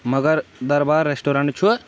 مگر دربار ریسٹورنٛٹ چھُ